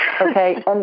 Okay